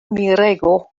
mirego